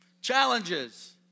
Challenges